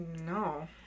No